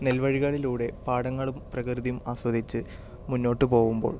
നെൽവഴികളിലൂടെ പാടങ്ങളും പ്രകൃതിയും ആസ്വദിച്ച് മുന്നോട്ട് പോകുമ്പോൾ